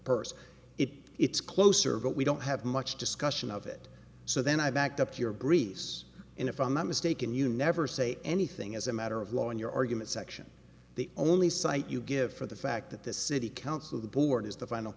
person it it's closer but we don't have much discussion of it so then i backed up your grease and if i'm not mistaken you never say anything as a matter of law in your argument section the only cite you give for the fact that this city council the board is the final